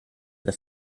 the